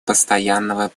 постоянного